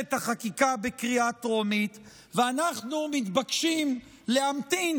את החקיקה בקריאה טרומית ואנחנו מתבקשים להמתין,